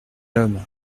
homme